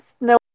no